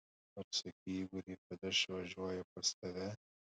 ar sakei igoriui kad aš važiuoju pas tave